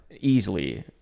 easily